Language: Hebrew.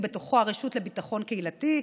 ובתוכו הרשות לביטחון קהילתי,